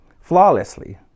flawlessly